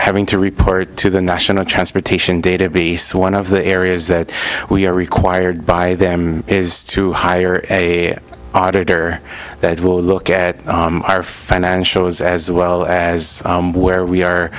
having to report to the national transportation database one of the areas that we are required by them is to hire a auditor that will look at our financials as well as where we are